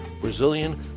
brazilian